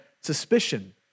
suspicion